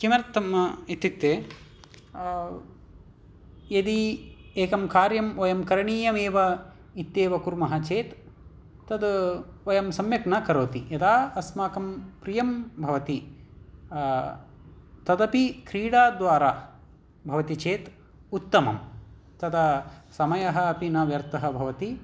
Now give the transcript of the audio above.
किमर्थम् इत्युक्ते यदि एकं कार्यम् वयं करणीयमेव इत्येव कुर्मः चेत् तत् वयं सम्यक् न करोति यदा अस्माकं प्रियं भवति तदपि क्रीडाद्वारा भवति चेत् उत्तमम् तदा समयः अपि न व्यर्थः भवति